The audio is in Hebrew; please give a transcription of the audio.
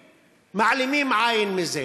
ומעלימים עין מזה.